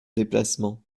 déplacement